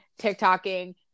TikToking